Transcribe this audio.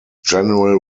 general